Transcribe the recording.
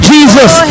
Jesus